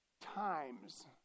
Times